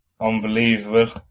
Unbelievable